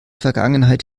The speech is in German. vergangenheit